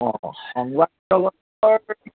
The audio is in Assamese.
অঁ অঁ সংবাদ জগতৰ